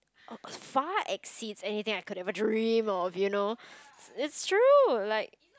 far exceeds anything I could ever dream of you know it's true like